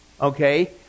okay